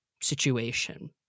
situation